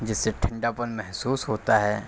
جس سے ٹھنڈا پن محسوس ہوتا ہے